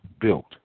built